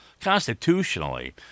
constitutionally